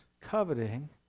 coveting